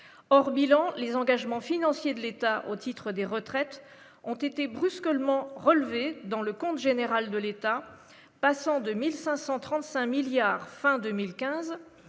hors bilan les engagements financiers de l'État au titre des retraites ont été brusque le relevé dans le compte général de l'État, passant de 1535 milliards fin 2015